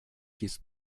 his